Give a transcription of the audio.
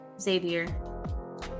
Xavier